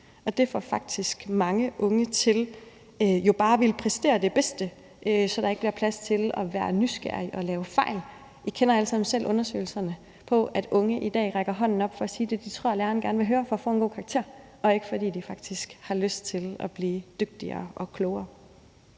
og det får faktisk mange unge til jo bare at ville præstere det bedste, så der ikke bliver plads til at være nysgerrig og lave fejl. I kender alle sammen selv undersøgelserne af, at unge i dag rækker hånden op for at sige det, de tror læreren gerne vil høre, for at få en god karakter og ikke, fordi de faktisk har lyst til at blive dygtigere og klogere.